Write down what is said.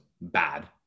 bad